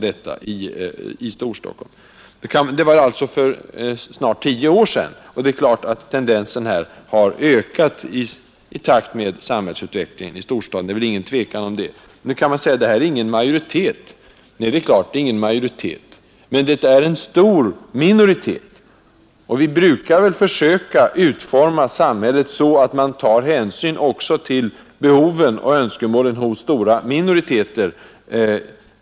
Detta var alltså för snart tio år sedan, och det är väl inget tvivel om att den andelen har ökat i takt med samhällsutvecklingen i storstaden. Man kan säga att det här inte är en majoritet. Nej, men det är en stor minoritet, och vi brukar väl försöka utforma samhället så, att vi tar hänsyn också till behoven och önskemålen hos minoriteter.